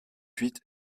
huit